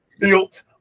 built